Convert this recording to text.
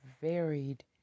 varied